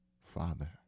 Father